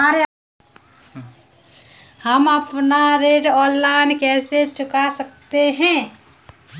हम अपना ऋण ऑनलाइन कैसे चुका सकते हैं?